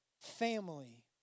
family